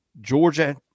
Georgia